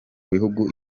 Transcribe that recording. bihugu